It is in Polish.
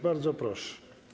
Bardzo proszę.